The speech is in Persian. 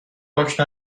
پاک